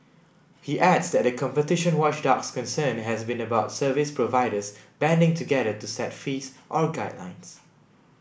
he adds that the competition watchdog's concern has been about service providers banding together to set fees or guidelines